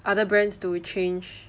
other brands to change